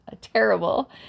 terrible